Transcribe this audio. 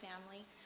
family